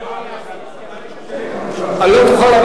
אני מבקש להביע